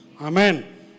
Amen